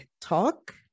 talk